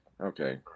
okay